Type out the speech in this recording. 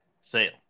Sale